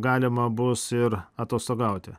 galima bus ir atostogauti